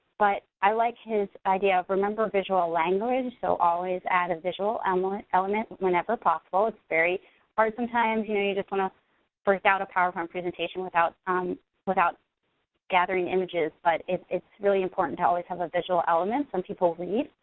but i like his idea of remember visual language, so always add a visual element element whenever possible, it's very hard sometimes you you just wanna break out a powerpoint presentation without um without gathering images but it's it's really important to always have a visual element. some people read,